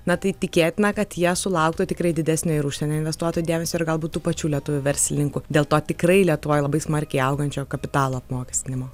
na tai tikėtina kad jie sulauktų tikrai didesnio ir užsienio investuotojų dėmesio ir galbūt tų pačių lietuvių verslininkų dėl to tikrai lietuvoj labai smarkiai augančio kapitalo apmokestinimo